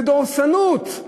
זה דורסנות.